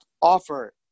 offer